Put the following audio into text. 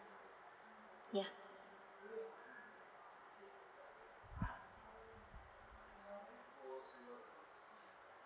ya